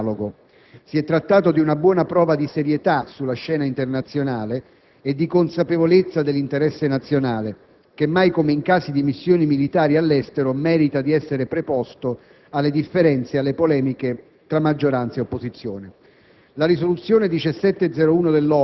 sarebbero stati disposti a un impegno analogo. Si è trattato di una buona prova di serietà sulla scena internazionale e di consapevolezza dell'interesse nazionale, che mai come in casi di missioni militari all'estero merita di essere preposto alle differenze e alle polemiche politiche tra maggioranza e opposizione.